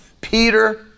Peter